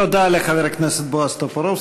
תודה לחבר הכנסת בועז טופורובסקי.